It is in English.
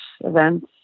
events